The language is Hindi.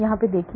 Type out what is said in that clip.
यह देखो